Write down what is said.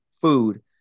food